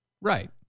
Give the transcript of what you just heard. Right